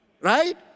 right